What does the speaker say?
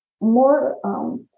more